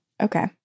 Okay